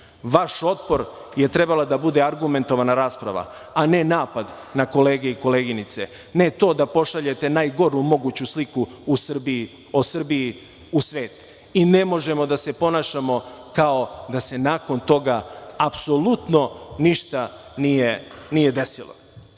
Vaš otpor je trebala da bude argumentovana rasprava, a ne napad na kolege i koleginice, ne to da pošaljete najgoru moguću sliku o Srbiji u svet. Ne možemo da se ponašamo kao da se nakon toga apsolutno ništa nije desilo. Želim